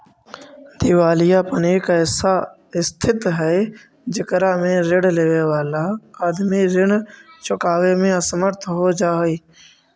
दिवालियापन एक ऐसा स्थित हई जेकरा में ऋण लेवे वाला आदमी ऋण चुकावे में असमर्थ हो जा हई